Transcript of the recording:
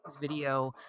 video